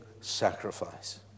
sacrifice